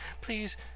Please